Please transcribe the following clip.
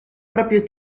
proprio